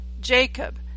Jacob